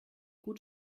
gut